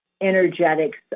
energetics